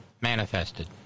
manifested